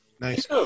Nice